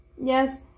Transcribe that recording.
yes